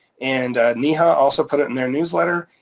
and neha also put it in their newsletter.